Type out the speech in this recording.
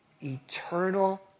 Eternal